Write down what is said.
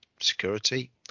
security